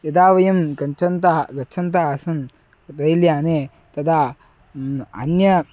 यदा वयं गच्छन्तः गच्छन्तः आसन् रैल् याने तदा अन्यानि